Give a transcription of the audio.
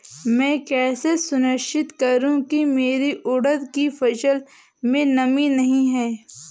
मैं कैसे सुनिश्चित करूँ की मेरी उड़द की फसल में नमी नहीं है?